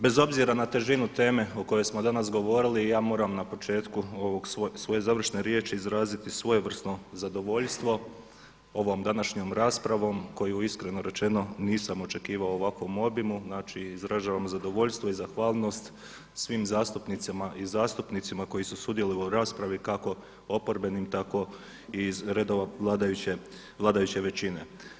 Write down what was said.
Bez obzira na težinu teme o kojoj smo danas govorili ja moram na početku svoje završne riješi izraziti svojevrsno zadovoljstvo ovom današnjom raspravom koju iskreno rečeno nisam očekivao u ovakvom obimu, znači izražavam zadovoljstvo i zahvalnost svim zastupnicima i zastupnicama koji su sudjelovali u raspravu kako oporbenim tako i iz redova vladajuće većine.